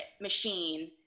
machine